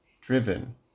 driven